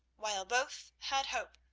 while both had hope,